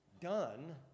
done